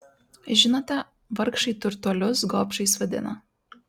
žinote vargšai turtuolius gobšais vadina